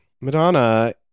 madonna